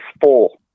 four